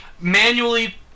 manually